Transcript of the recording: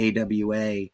AWA